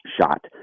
shot